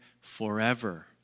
forever